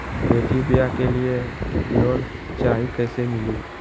बेटी ब्याह के लिए लोन चाही, कैसे मिली?